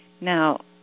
Now